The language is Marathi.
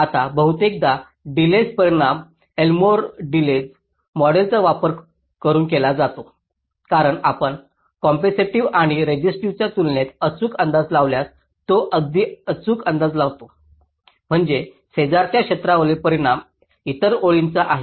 आता बहुतेकदा डिलेज परिणाम एल्मोर डिलेज मॉडेलचा वापर करून केला जातो कारण आपण कॅपेसिटिव्ह आणि रेसिस्टिव्हचा तुलनेने अचूक अंदाज लावल्यास तो अगदी अचूक अंदाज लावतो म्हणजे शेजारच्या क्षेत्रावरील परिणाम इतर ओळींचा आहे